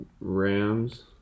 Rams